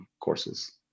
courses